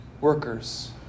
workers